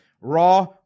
Raw